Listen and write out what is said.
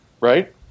right